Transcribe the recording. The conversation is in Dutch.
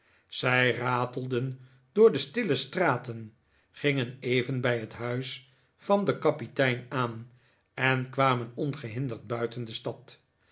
zij ratelden door de stille straten gingen even bij het huis van den kapitein aan en kwamen ongehinderd buiten de stad